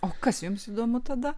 o kas jums įdomu tada